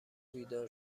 بیدار